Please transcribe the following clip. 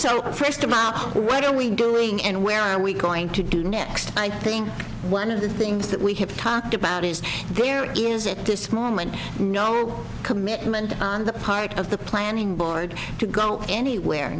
democracy what are we doing and where are we going to do next i think one of the things that we have talked about is there is at this moment no commitment on the part of the planning board to go anywhere